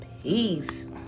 Peace